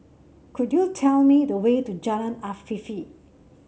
could you tell me the way to Jalan Afifi